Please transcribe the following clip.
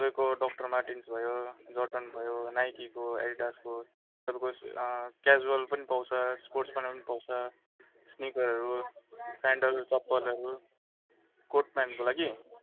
तपाईँको डक्टर मार्टिन्सको भयो जोर्डान भयो नाइकीको एडिडासको तपाईँको क्याजुअल पनि पाउँछ स्पोर्ट्स भने पनि पाउँछ स्निकरहरू स्यान्डल चप्पलहरू कोट पेन्टको लागि